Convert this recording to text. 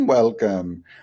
Welcome